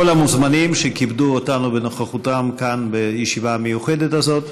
כל המוזמנים שכיבדו אותנו בנוכחותם כאן בישיבה המיוחדת הזאת.